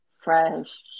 fresh